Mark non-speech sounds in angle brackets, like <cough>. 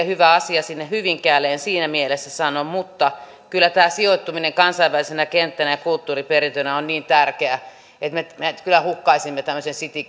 <unintelligible> hyvä asia meille sinne hyvinkäälle en siinä mielessä sano mutta kyllä tämä sijoittuminen kansainvälisenä kenttänä ja kulttuuriperintönä on niin tärkeää että me kyllä hukkaisimme tämmöisen city